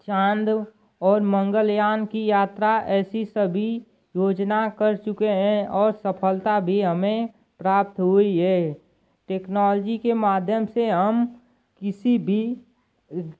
चाँद और मंगल यान की यात्रा ऐसी सदी योजना कर चुके हैं और सफ़लता भी हमें प्राप्त हुई है टेक्नॉलजी के माध्यम से हम किसी भी